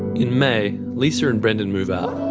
in may, lisa and brandon move out.